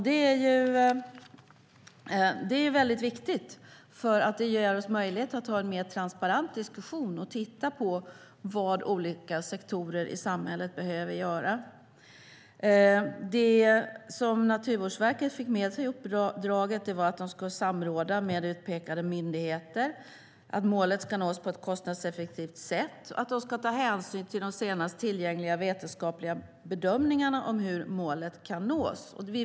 Det är viktigt, för det ger oss möjligheter att ha en mer transparent diskussion och titta på vad olika sektorer i samhället behöver göra. Det som Naturvårdsverket fick med sig i uppdraget var att de ska samråda med utpekade myndigheter, att målet ska nås på ett kostnadseffektivt sätt och att de ska ta hänsyn till de senast tillgängliga vetenskapliga bedömningarna om hur målet kan nås.